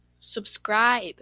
subscribe